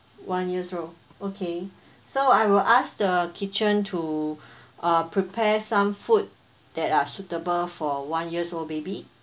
one years old okay so I will ask the kitchen to uh prepare some food that are suitable for one years old baby